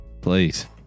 please